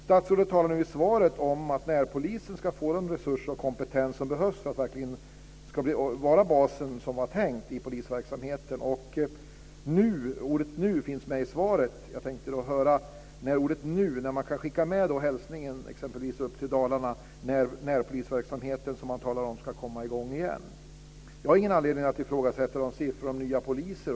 Statsrådet talar i svaret om att närpolisen ska få de resurser och den kompetens som behövs för att verkligen vara den bas i polisverksamheten som det var tänkt. Ordet "nu" finns med i svaret. Jag tänkte höra vad ordet "nu" betyder och om jag kan skicka med hälsningen, exempelvis upp till Dalarna, att närpolisverksamheten ska komma i gång igen. Jag har ingen anledning att ifrågasätta siffrorna om nya poliser.